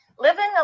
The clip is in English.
Living